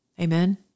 Amen